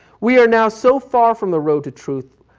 we are now so far from the road to truth,